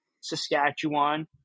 Saskatchewan